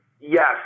yes